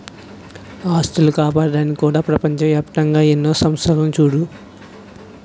ఆస్తులు కాపాడ్డానికి కూడా ప్రపంచ ఏప్తంగా ఎన్నో సంస్థలున్నాయి చూడూ